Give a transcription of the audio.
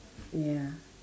ya